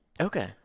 Okay